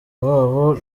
babo